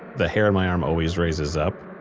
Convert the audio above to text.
the hair on my arm always raises up.